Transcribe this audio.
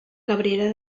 cabrera